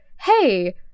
hey